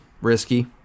risky